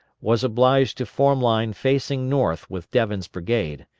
was obliged to form line facing north with devin's brigade,